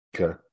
Okay